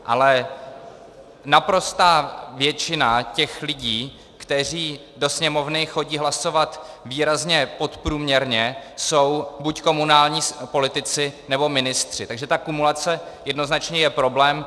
Ale naprostá většina těch lidí, kteří do Sněmovny chodí hlasovat výrazně podprůměrně, jsou buď komunální politici, nebo ministři, takže ta kumulace jednoznačně je problém.